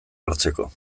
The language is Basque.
hartzeko